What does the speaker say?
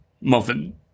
Muffin